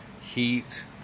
heat